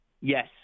Yes